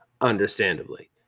Understandably